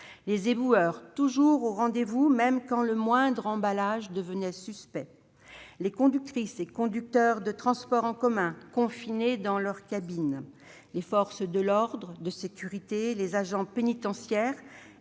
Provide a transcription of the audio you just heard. les éboueurs, toujours au rendez-vous, même quand le moindre emballage devenait suspect ; les conductrices et les conducteurs de transports en commun, confinés dans leurs cabines ; les membres des forces de l'ordre et de sécurité, les agents pénitentiaires,